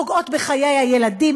פוגעות בחיי הילדים,